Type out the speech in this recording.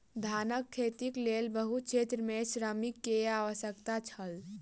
धानक खेतीक लेल बहुत क्षेत्र में श्रमिक के आवश्यकता छल